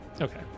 Okay